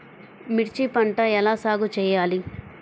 మిర్చి పంట ఎలా సాగు చేయాలి?